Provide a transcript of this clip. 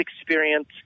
experience